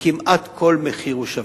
וכמעט כל מחיר הוא שווה.